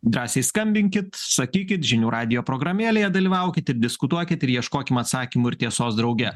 drąsiai skambinkit sakykit žinių radijo programėlėje dalyvaukit ir diskutuokit ir ieškokim atsakymų ir tiesos drauge